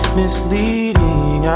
misleading